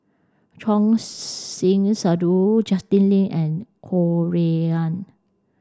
Choor Singh Sidhu Justin Lean and Ho Rui An